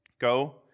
Go